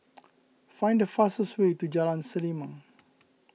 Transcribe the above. find the fastest way to Jalan Selimang